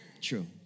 True